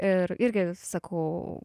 ir irgi sakau